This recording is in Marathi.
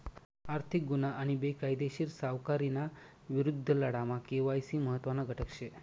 आर्थिक गुन्हा आणि बेकायदेशीर सावकारीना विरुद्ध लढामा के.वाय.सी महत्त्वना घटक शे